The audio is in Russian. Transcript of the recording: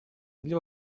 для